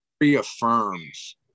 reaffirms